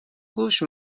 gauche